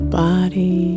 body